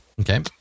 Okay